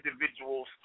individuals